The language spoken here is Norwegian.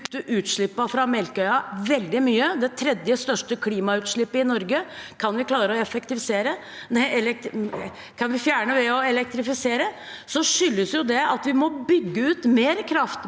utslippene fra Melkøya veldig mye – det tredje største klimautslippet i Norge kan vi fjerne ved å elektrifisere – skyldes at vi må bygge ut mer kraft